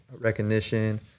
recognition